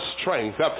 strength